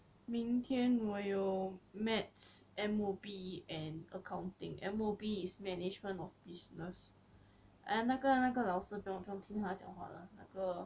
明天我有 maths M_O_B and accounting M_O_B is management of business and 那个那个老师不听他讲话的那个